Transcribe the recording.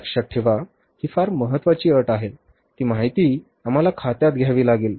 लक्षात ठेवा ही फार महत्वाची अट आहे ती माहिती आम्हाला खात्यात घ्यावी लागेल